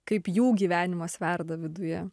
kaip jų gyvenimas verda viduje